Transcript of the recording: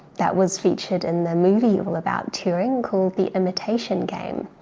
that was featured in the movie all about turing called the imitation game.